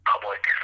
public